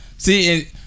See